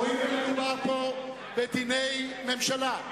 הואיל ומדובר פה בדיני ממשלה,